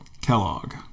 Kellogg